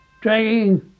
dragging